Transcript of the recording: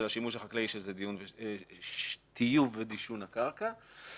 השימוש החקלאי שזה טיוב ודישון הקרקע.